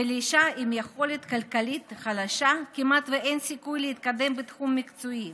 ולאישה עם יכולת כלכלית חלשה כמעט ואין סיכוי להתקדם בתחום מקצועי.